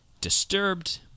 disturbed